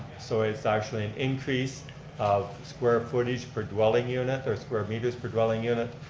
so it's actually an increase of square footage per dwelling unit, their square meter per dwelling unit.